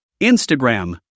Instagram